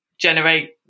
generate